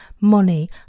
money